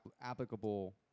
applicable